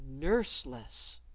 nurseless